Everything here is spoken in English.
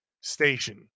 station